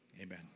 Amen